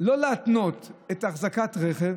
לא להתנות את אחזקת הרכב